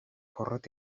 porrot